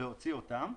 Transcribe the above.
להוציא אותם,